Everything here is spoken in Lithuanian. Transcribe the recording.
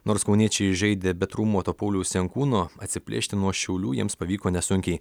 nors kauniečiai žaidė be traumuoto pauliaus jankūno atsiplėšti nuo šiaulių jiems pavyko nesunkiai